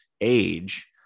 age